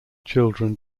children